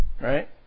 right